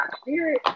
spirit